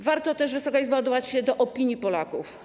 Warto też, Wysoka Izbo, odwołać się do opinii Polaków.